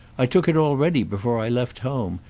i took it already before i left home,